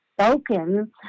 spoken